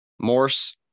Morse